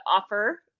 offer